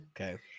Okay